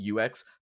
UX